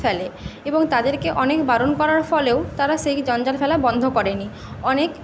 ফেলে এবং তাদেরকে অনেক বারণ করার ফলেও তারা সেই জঞ্জাল ফেলা বন্ধ করে নি অনেক